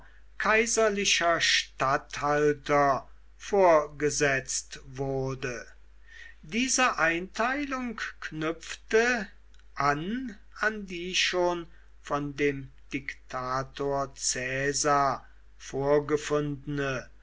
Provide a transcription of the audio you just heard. kaiserlicher statthalter vorgesetzt wurde diese einteilung knüpfte an an die schon von dem diktator caesar vorgefundene